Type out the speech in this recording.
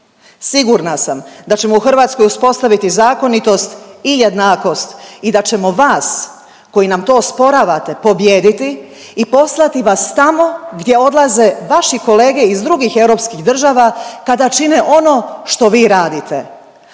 Sigurna sam da ćemo u Hrvatskoj uspostaviti zakonitost i jednakost i da ćemo vas koji nam to osporavate pobijediti i poslati vas tamo gdje odlaze vaši kolege iz drugih europskih država kada čine ono što vi radite,